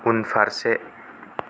उनफारसे